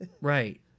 Right